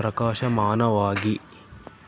ಪ್ರಕಾಶಮಾನವಾಗಿ